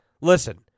listen